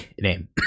name